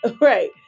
right